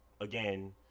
Again